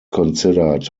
considered